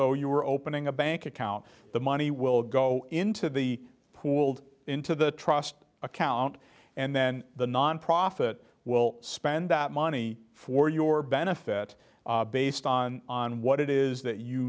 oh you were opening a bank account the money will go into the pooled into the trust account and then the nonprofit will spend that money for your benefit based on on what it is that you